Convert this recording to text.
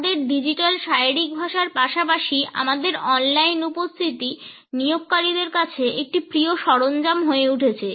আমাদের ডিজিটাল শারীরিক ভাষার পাশাপাশি আমাদের অন লাইন উপস্থিতি নিয়োগকারীদের কাছে একটি প্রিয় সরঞ্জাম হয়ে উঠেছে